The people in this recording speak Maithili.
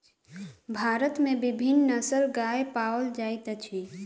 भारत में विभिन्न नस्लक गाय पाओल जाइत अछि